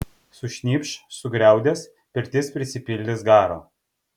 sušnypš sugriaudės pirtis prisipildys garo